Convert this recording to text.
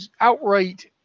outright